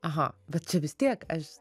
aha bet čia vis tiek aš